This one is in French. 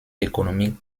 économiques